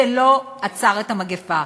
זה לא עצר את המגפה.